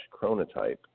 chronotype